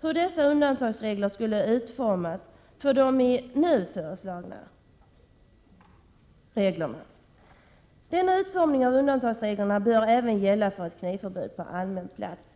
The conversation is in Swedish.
hur sådana undantagsregler skall utformas för den nu föreslagna lagen. Enligt vårt sätt att se borde undantagsreglerna utformas på samma sätt när det gäller ett knivförbud på allmän plats.